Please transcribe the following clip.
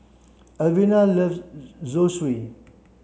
Alvena love Zosui